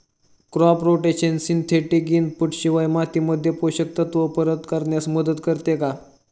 Crop rotation synthetic input शिवाय मातीमध्ये पोषक तत्त्व परत करण्यास मदत करते का?